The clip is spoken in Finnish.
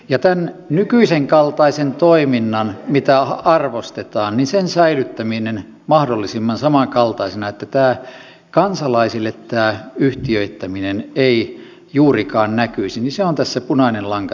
tämän nykyisenkaltaisen toiminnan mitä arvostetaan säilyttäminen mahdollisimman samankaltaisena niin että kansalaisille tämä yhtiöittäminen ei juurikaan näkyisi on tässä koko uudistuksessa punainen lanka